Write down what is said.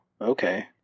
okay